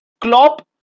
Klopp